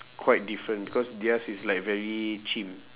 quite different because theirs is like very chim